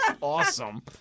awesome